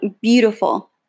beautiful